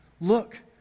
look